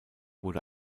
wurde